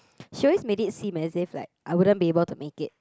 she always made it seem as if like I wouldn't be able to make it